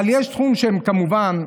אבל יש תחום שהם, כמובן,